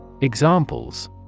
Examples